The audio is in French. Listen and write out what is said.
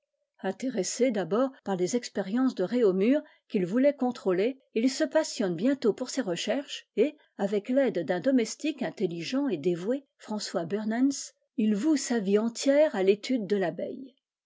interressé d'abord par les expériences de réaumur qu'il voulait contrôler il se passionne bientôt pour ces recherches et avec l'aide d'un domestique intelligent et dévoué françois burnens il voue sa vie entière à l'étude de tabeille